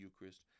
Eucharist